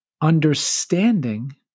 understanding